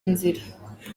inzira